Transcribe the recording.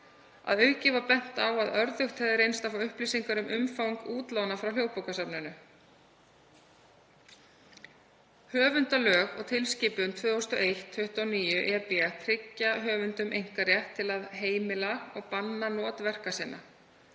Að auki var bent á að örðugt hefði reynst að fá upplýsingar um umfang útlána frá Hljóðbókasafninu. Höfundalög og tilskipun 2001/29/EB tryggja höfundum einkarétt til að heimila og banna not verka sinna.